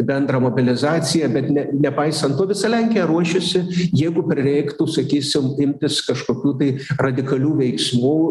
bendrą mobilizaciją bet ne nepaisant to visa lenkija ruošiasi jeigu prireiktų sakysim imtis kažkokių tai radikalių veiksmų